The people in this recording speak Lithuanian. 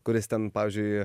kuris ten pavyzdžiui